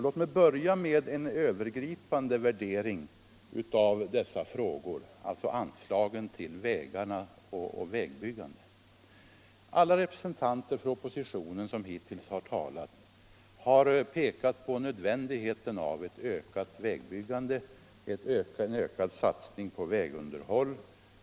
Låt mig då först göra en övergripande värdering av dessa frågor, alltså anslagen till vägarna och vägbyggandet. Alla representanter för oppositionen som hittills har talat har pekat på nödvändigheten av ett ökat vägbyggande och en ökad satsning på vägunderhåll.